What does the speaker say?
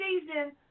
season